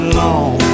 long